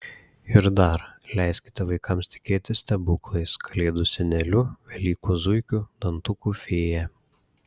ir dar leiskite vaikams tikėti stebuklais kalėdų seneliu velykų zuikiu dantukų fėja